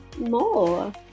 more